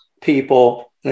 people